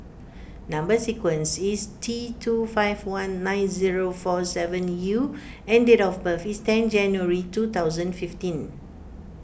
Number Sequence is T two five one nine zero four seven U and date of birth is ten January two thousand fifteen